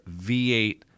V8